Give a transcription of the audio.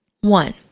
One